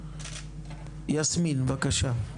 יסמין בבקשה.